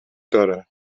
دارد